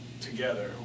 together